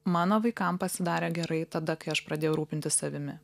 mano vaikam pasidarė gerai tada kai aš pradėjau rūpintis savimi